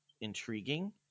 intriguing